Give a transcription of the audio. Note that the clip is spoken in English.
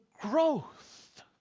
growth